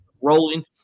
rolling